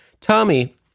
Tommy